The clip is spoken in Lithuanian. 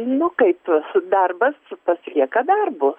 nu kaip darbas pasilieka darbu